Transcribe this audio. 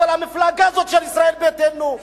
אבל המפלגה הזאת של ישראל ביתנו,